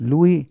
Lui